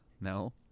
No